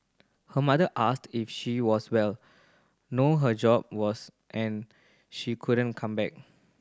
her mother asked if she was well know her job was and she couldn't come back